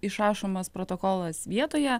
išrašomas protokolas vietoje